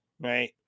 right